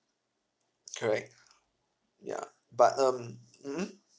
correct ya but um mmhmm